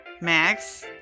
Max